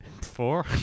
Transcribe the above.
Four